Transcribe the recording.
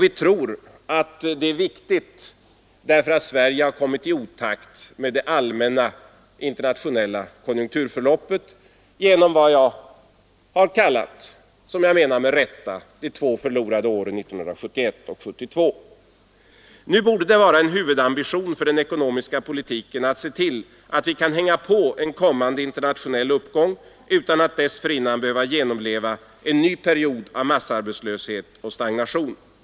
Vi tror att det är viktigt därför att Sverige har kommit i otakt med det allmänna internationella konjunkturförloppet genom vad jag har kallat — som jag menar med rätta — de två förlorade åren, 1971 och 1972. Nu borde det vara en huvudambition för den ekonomiska politiken att se till att vi kan hänga på en kommande internationell uppgång utan att dessförinnan behöva genomleva en ny period av massarbetslöshet och stagnation.